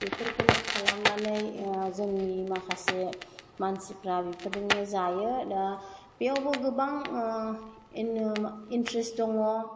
बेफोरखौनो खालामनानै जोंनि माखासे मानसिफ्रा बेफोरजोंनो जायो दा बेवबो गोबां इनट्रेस दङ